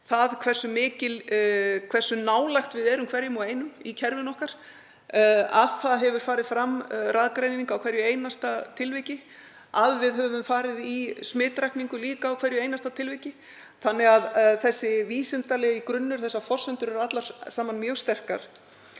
að því er varðar hversu nálægt við erum hverjum og einum í kerfinu okkar, að það hafi farið fram greining á hverju einasta tilviki, að við höfum farið í smitrakningar líka á hverju einasta tilviki. Þessi vísindalegi grunnur, þessar forsendur eru allar saman mjög sterkar.